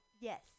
Yes